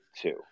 two